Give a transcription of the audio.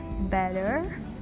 better